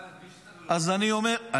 אמסלם, מי שצריך לקדם את זה זה הממשלה.